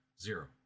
Zero